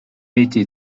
été